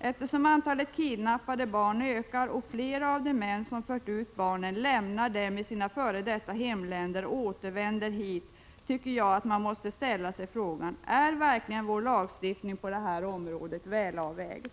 Eftersom antalet kidnappade barn ökar liksom antalet män som har fört ut barn och lämnat dem i sina f.d. hemländer och sedan återvänt hit, tycker jag att man måste ställa sig frågan: Är verkligen vår lagstiftning på detta område väl avvägd?